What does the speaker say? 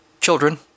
children